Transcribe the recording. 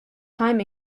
time